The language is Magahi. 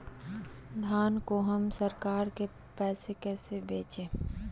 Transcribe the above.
धान को हम सरकार के पास कैसे बेंचे?